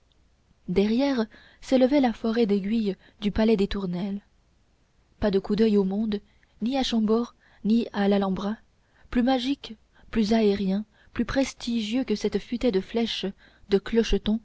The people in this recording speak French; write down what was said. derrière s'élevait la forêt d'aiguilles du palais des tournelles pas de coup d'oeil au monde ni à chambord ni à l'alhambra plus magique plus aérien plus prestigieux que cette futaie de flèches de